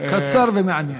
קצר ומעניין.